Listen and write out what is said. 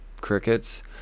Crickets